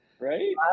Right